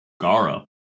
Gara